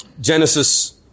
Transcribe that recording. Genesis